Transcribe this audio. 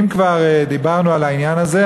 אם כבר דיברנו על העניין הזה,